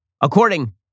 according